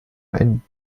ein